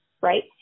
Right